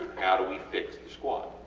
how do we fix the squat?